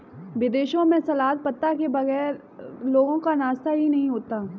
विदेशों में सलाद पत्ता के बगैर लोगों का नाश्ता ही नहीं होता